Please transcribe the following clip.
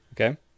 Okay